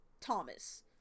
Thomas